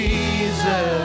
Jesus